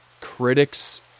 critics